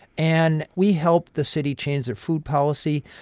and we helped the city change its food policy.